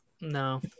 No